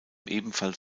ebenfalls